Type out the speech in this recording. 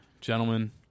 gentlemen